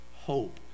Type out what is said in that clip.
hope